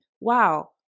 Wow